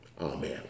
amen